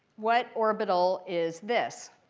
what orbital is this?